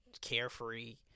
carefree